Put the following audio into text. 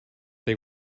they